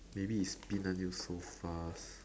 maybe is spin until so fast